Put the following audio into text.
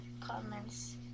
comments